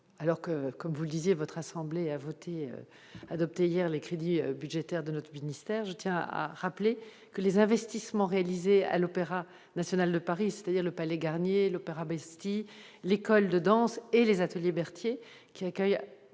alors que comme vous le disiez votre assemblée a voté et adopté hier les crédits budgétaires de notre ministère, je tiens à rappeler que les investissements réalisés à l'Opéra national de Paris, c'est-à-dire le Palais Garnier, l'opéra Bastille, l'école de danse et les Ateliers Berthier qui accueille